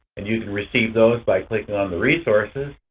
and you can receive those by clicking on the resources.